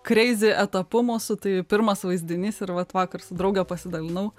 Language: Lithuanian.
kreizi etapu mūsų tai pirmas vaizdinys ir vat vakar su drauge pasidalinau